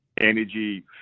energy